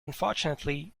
unfortunately